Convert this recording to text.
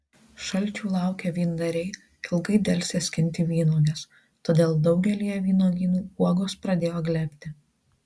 šalčių laukę vyndariai ilgai delsė skinti vynuoges todėl daugelyje vynuogynų uogos pradėjo glebti